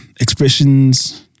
Expressions